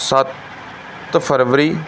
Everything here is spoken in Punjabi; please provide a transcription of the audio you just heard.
ਸੱਤ ਫਰਵਰੀ